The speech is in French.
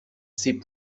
ses